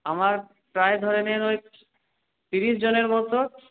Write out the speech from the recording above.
আমার প্রায় ধরে নিন ওই তিরিশ জনের মতো